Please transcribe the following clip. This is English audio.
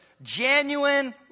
Genuine